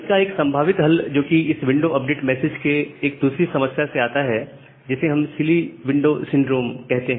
इसका एक संभावित हल जो कि इस विंडो अपडेट मैसेज के एक दूसरी समस्या से आता है जिसे हम सिली विंडो सिंड्रोम कहते हैं